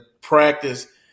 practice